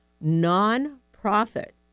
non-profit